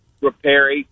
repair